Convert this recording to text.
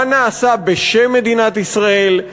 מה נעשה בשם מדינת ישראל?